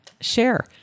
share